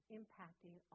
impacting